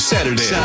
Saturday